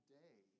day